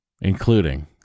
including